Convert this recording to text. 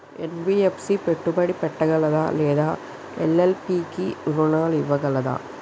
NBFC పెట్టుబడి పెట్టగలదా లేదా ఎల్.ఎల్.పి కి రుణాలు ఇవ్వగలదా?